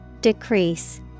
Decrease